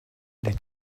des